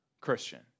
Christian